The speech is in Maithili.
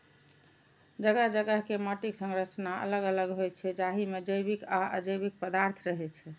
जगह जगह के माटिक संरचना अलग अलग होइ छै, जाहि मे जैविक आ अजैविक पदार्थ रहै छै